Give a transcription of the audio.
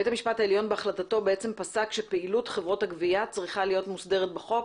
בית המשפט בהחלטתו פסק שפעילות חברות הגבייה צריכה להיות מוסדרת בחוק,